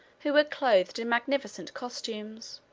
who were clothed in magnificent costumes.